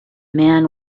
man